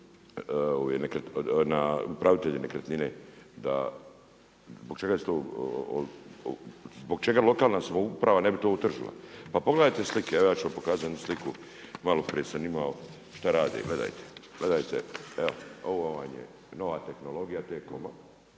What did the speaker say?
dio upravitelj nekretnine, zbog čega lokalna samouprava ne bi to utržila. Pa pogledajte slike, evo ja ću vam pokazati jednu sliku malo prije sam imao šta rade, gledajte, evo ovo vam je nova tehnologija T-Com-a